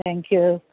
thank you